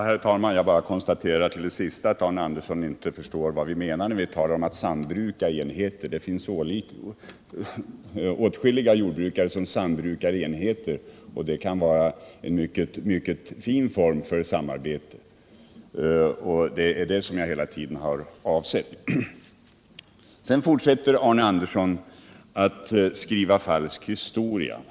Herr talman! Jag bara konstaterar att Arne Andersson inte förstår vad vi menar när vi talar om att sambruka enheter. Det finns åtskilliga jordbrukare som sambrukar enheter, och det kan vara en mycket fin form för samarbete. Det är detta som jag hela tiden har avsett. Sedan fortsätter Arne Andersson att skriva falsk historia.